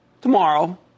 tomorrow